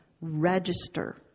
register